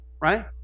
right